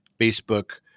Facebook